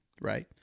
Right